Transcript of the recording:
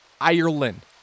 Ireland